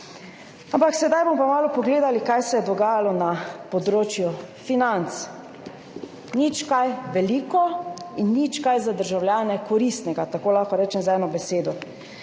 sedaj bomo pa malo pogledali, kaj se je dogajalo na področju financ. Nič kaj veliko in nič kaj koristnega za državljane, tako lahko rečem z eno besedo.